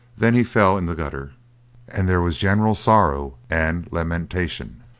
then he fell in the gutter and there was general sorrow and lamentation.